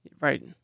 Right